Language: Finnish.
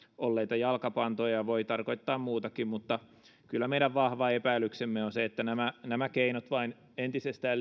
olleita jalkapantoja voi tarkoittaa muutakin mutta kyllä meidän vahva epäilyksemme on se että nämä nämä keinot vain entisestään